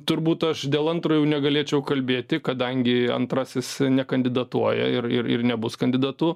turbūt aš dėl antro jau negalėčiau kalbėti kadangi antrasis nekandidatuoja ir ir nebus kandidatu